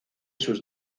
sus